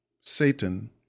Satan